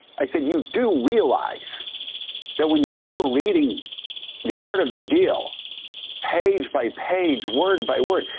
i said you do realize that when you were reading the art of the deal page by page, word by word,